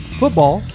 football